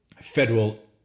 Federal